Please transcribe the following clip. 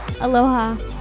aloha